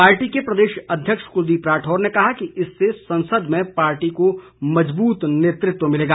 party के प्रदेश अध्यक्ष कुलदीप राठौर ने कहा है कि इससे संसद में पार्टी को मजबूत नेतृत्व मिलेगा